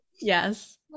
yes